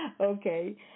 Okay